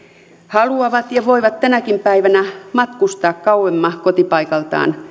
haluavat ja voivat tänäkin päivänä matkustaa kauemmaksi kotipaikaltaan